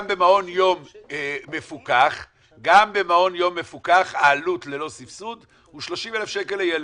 גם במעון יום מפוקח העלות ללא סבסוד הוא 30,000 שקל לילד.